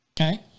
Okay